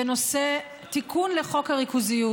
בנושא תיקון לחוק הריכוזיות,